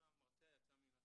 המרצע יצא מן השק.